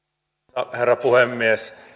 arvoisa herra puhemies